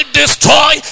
destroy